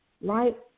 right